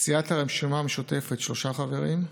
סיעת הרשימה המשותפת, שלושה חברים,